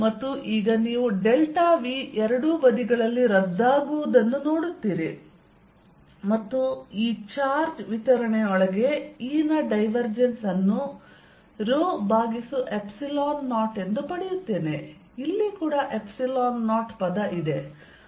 ಮತ್ತು ಈಗ ನೀವು ಡೆಲ್ಟಾ v ಎರಡೂ ಬದಿಗಳಲ್ಲಿ ರದ್ದಾಗುವುದನ್ನು ನೋಡುತ್ತೀರಿ ಮತ್ತು ಈ ಚಾರ್ಜ್ ವಿತರಣೆಯೊಳಗೆ E ನ ಡೈವರ್ಜೆನ್ಸ್ ಅನ್ನು rho0 ಎಂದು ಪಡೆಯುತ್ತೇನೆ ಇಲ್ಲಿ ಕೂಡ ϵ0 ಇದೆ